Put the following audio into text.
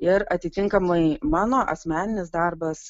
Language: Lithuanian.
ir atitinkamai mano asmeninis darbas